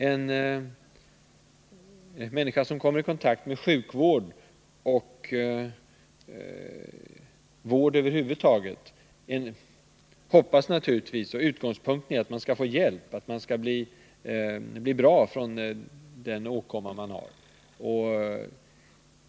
En människa som kommer i kontakt med sjukvård och vård över huvud taget hoppas naturligtvis att få hjälp och bli bra från den åkomma hon har drabbats av.